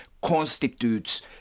constitutes